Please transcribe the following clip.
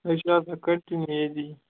أسۍ چھِ آسان کَنٹِنیوٗ ییٚتی